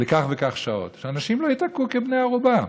לכך וכך שעות, שאנשים לא ייתקעו כבני ערובה.